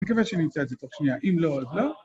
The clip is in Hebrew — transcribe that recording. מקווה שנמצא את זה תוך שנייה, אם לא, אז לא?